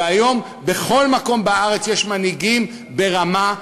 והיום בכל מקום בארץ יש מנהיגים ברמה,